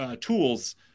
tools